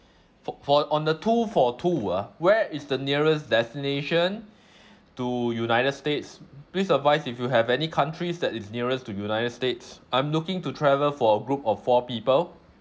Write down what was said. fo~ for on the two for two ah where is the nearest destination to united states please advise if you have any countries that is nearest to united states I'm looking to travel for a group of four people